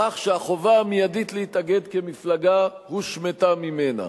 בכך שהחובה המיידית להתאגד כמפלגה הושמטה ממנה.